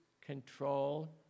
control